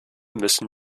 müssen